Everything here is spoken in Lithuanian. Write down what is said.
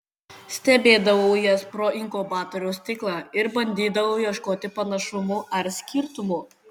stebėdavau jas pro inkubatoriaus stiklą ir bandydavau ieškoti panašumų ar skirtumų